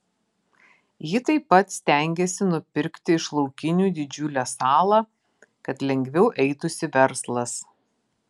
ji taip pat stengiasi nupirkti iš laukinių didžiulę salą kad lengviau eitųsi verslas